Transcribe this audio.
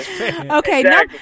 Okay